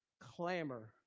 Clamor